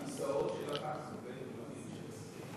הכיסאות של חברי הכנסת הרבה יותר נוחים.